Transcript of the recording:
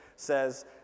says